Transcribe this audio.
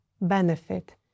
benefit